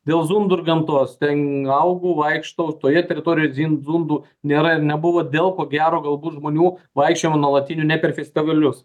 dėl zundų ir gamtos ten augau vaikštau toje teritorijoj dzin zundų nėra ir nebuvo dėl ko gero galbūt žmonių vaikščiojimo nuolatinių ne per festivalius